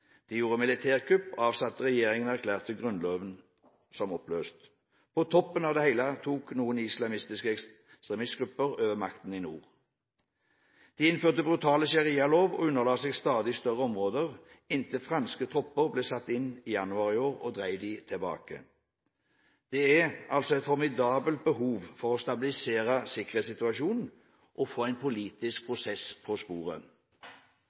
De gjorde militærkupp, avsatte regjeringen og erklærte grunnloven som oppløst. På toppen av det hele tok noen islamistiske ekstremistgrupper over makten i nord. De innførte brutale sharialover og underla seg stadig større områder inntil franske tropper ble satt inn i januar i år og drev dem tilbake. Det er altså et formidabelt behov for å stabilisere sikkerhetssituasjonen og få en politisk prosess på sporet.